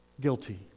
Guilty